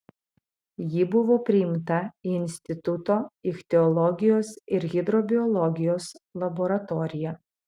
ji buvo priimta į instituto ichtiologijos ir hidrobiologijos laboratoriją